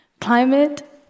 climate